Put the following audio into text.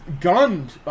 gunned